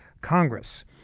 Congress